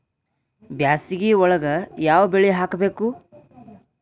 ಬ್ಯಾಸಗಿ ಒಳಗ ಯಾವ ಬೆಳಿ ಹಾಕಬೇಕು?